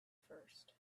first